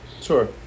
Sure